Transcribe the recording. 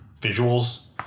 visuals